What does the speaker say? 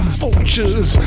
vultures